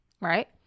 right